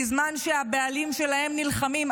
בזמן שהבעלים שלהן נלחמים,